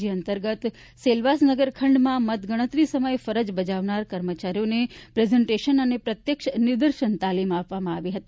એ અંતર્ગત સેલવાસ નગરખંડ માં મતગણતરી સમયે ફરજ બજાવનારા કર્મચારીઓને પ્રેઝેન્ટસન અને પ્રત્યક્ષ નિદર્શન તાલીમ આપવામાં આવી હતી